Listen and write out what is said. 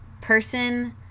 person